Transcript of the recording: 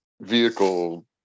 vehicle